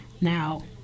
Now